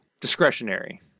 discretionary